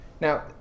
Now